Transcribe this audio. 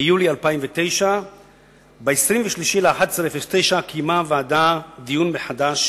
ביולי 2009. ב-23 בנובמבר 2009 קיימה הוועדה דיון מחדש